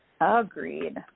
Agreed